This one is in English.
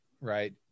right